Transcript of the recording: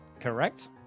correct